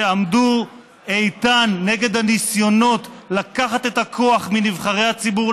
שעמדו איתן נגד הניסיונות לקחת את הכוח מנבחרי הציבור,